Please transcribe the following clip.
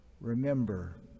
Remember